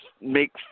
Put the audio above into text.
make